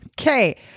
Okay